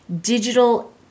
digital